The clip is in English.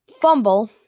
fumble